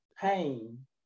pain